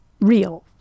real